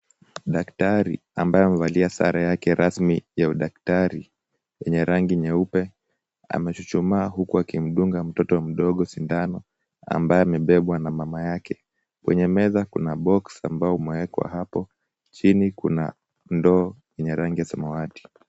Daktari ambaye amevalia sare yake rasmi ya udaktari, yenye rangi nyeupe, amechuchuma huku akimdunga mtoto mdogo sindano, ambaye amebebwa na mama yake. Kwenye meza kuna boksi ambayo imewekwa hapo, chini kuna ndoo yenye rangi ya samawati.